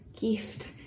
gift